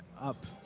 up